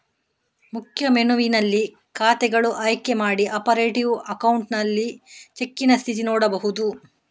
ಮುಖ್ಯ ಮೆನುವಿನಲ್ಲಿ ಖಾತೆಗಳು ಆಯ್ಕೆ ಮಾಡಿ ಆಪರೇಟಿವ್ ಅಕೌಂಟ್ಸ್ ಅಲ್ಲಿ ಚೆಕ್ಕಿನ ಸ್ಥಿತಿ ನೋಡ್ಬಹುದು